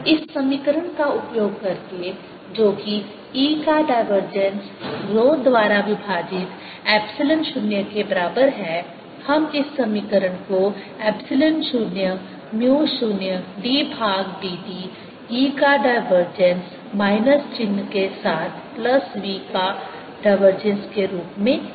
इस समीकरण का उपयोग करके जो कि E का डाइवर्जेंस रो द्वारा विभाजित एप्सिलॉन 0 के बराबर है हम इस समीकरण को एप्सिलॉन 0 म्यू 0 d भाग dt e का डाइवर्जेंस माइनस चिह्न के साथ प्लस v का डाइवर्जेंस के रूप में लिख सकते हैं